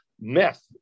Mess